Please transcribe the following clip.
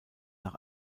nach